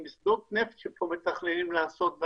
עם שדות נפט שמתכננים לעשות,